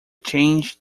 change